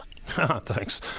Thanks